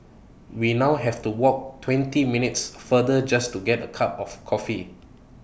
we now have to walk twenty minutes further just to get A cup of coffee